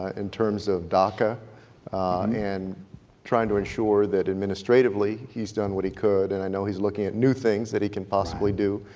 ah in terms of doca and trying to ensure that administratively he's done what he could and i know he's looking at new things that he could possibly do.